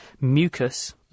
mucus